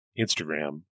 Instagram